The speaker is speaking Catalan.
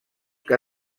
que